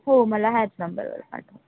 हो मला ह्याच नंबरवर पाठवा